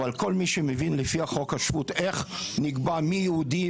אבל כל מי שמבין לפי חוק השבות איך נקבע מי יהודי,